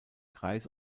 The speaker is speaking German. kreis